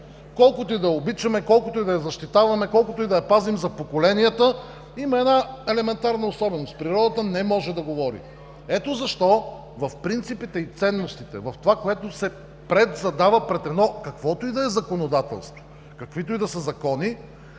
Колкото и да я обичаме, колкото и да я защитаваме, колкото и да я пазим за поколенията, има една елементарна особеност – природата не може да говори. Ето защо в принципите и ценностите, в това, което се задава пред едно каквото и да е законодателство, каквито и да са законите,